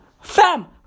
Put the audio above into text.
fam